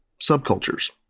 subcultures